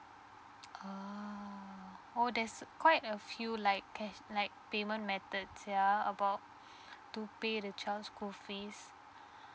oh oh there's quite a few like cash like payment methods ya about to pay the child's school fee